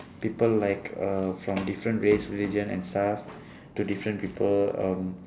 people like uh from different race religion and stuff to different people um